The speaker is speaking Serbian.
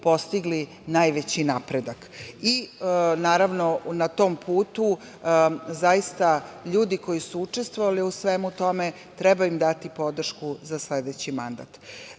postigli najveći napredak. I, naravno, na tom putu ljudi koji su učestvovali u svemu tome, treba im dati podršku za sledeći mandat. Mi